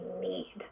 need